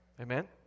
Amen